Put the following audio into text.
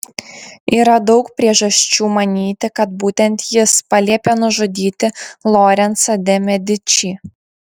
yra daug priežasčių manyti kad būtent jis paliepė nužudyti lorencą de medičį